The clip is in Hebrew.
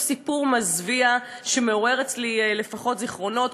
אותו סיפור מזוויע שמעורר אצלי לפחות זיכרונות,